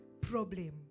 problem